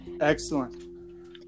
Excellent